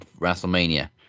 WrestleMania